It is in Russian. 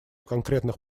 конкретных